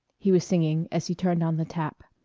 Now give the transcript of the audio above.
he was singing as he turned on the tap.